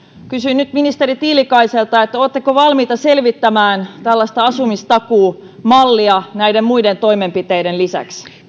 kysyn nyt ministeri tiilikaiselta oletteko valmis selvittämään tällaista asumistakuumallia näiden muiden toimenpiteiden lisäksi